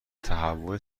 تهوع